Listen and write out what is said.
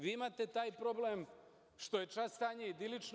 Vi imate taj problem što je čas stanje idilično.